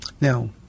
Now